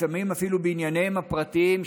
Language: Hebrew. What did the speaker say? לפעמים אפילו בענייניהם הפרטיים,